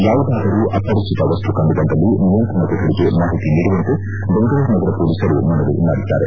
ಯಾವುದಾದರೂ ಅಪರಿಚಿತ ವಸ್ತು ಕಂಡುಬಂದಲ್ಲಿ ನಿಯಂತ್ರಣ ಕೊಠಡಿಗೆ ಮಾಹಿತಿ ನೀಡುವಂತೆ ಬೆಂಗಳೂರು ನಗರ ಪೊಲೀಸರು ಮನವಿ ಮಾಡಿದ್ದಾರೆ